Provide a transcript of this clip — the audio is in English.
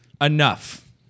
Enough